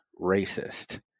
racist